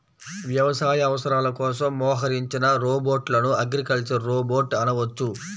వ్యవసాయ అవసరాల కోసం మోహరించిన రోబోట్లను అగ్రికల్చరల్ రోబోట్ అనవచ్చు